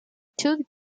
tube